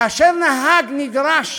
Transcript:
כאשר נהג נדרש